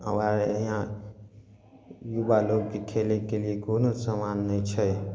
हमारे यहाँ युवा लोगके खेले केलिए कोनो समान नहि छै